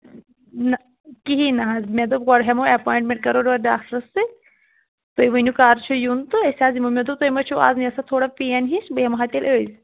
نہ کِہیٖنٛۍ نہٕ حظ مےٚ دوٚپ گۄڈٕ ہیٚمو ایپایِنٛٹمینٛٹ کَرو ڈاکٹرٛس سۭتۍ تُہۍ ؤنِو کَر چھِ یُن تہٕ أسۍ حظ یِمو مےٚ دوٚپ تُہۍ ما چھُو اَز مےٚ ٲس اَتھ تھوڑا پین ہِش بہٕ یِمہٕ ہا تیٚلہِ أزۍ